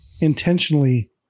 intentionally